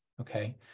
okay